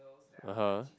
(uh huh)